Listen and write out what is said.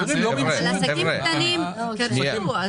אבל עסקים קטנים קרסו.